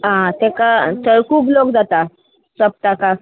आं ताका थंय खूब लोक जाता सप्तकाक